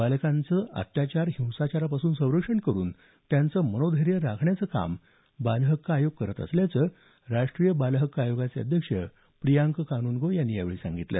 बालकांचं अत्याचार हिंसाचारापासून संरक्षण करून त्यांचं मनोधैर्य राखण्याचं काम बाल हक्क आयोग करत असल्याचं राष्टीय बाल हक्क आयोगाचे अध्यक्ष प्रियांक कानुनगो यांनी यावेळी सांगितलं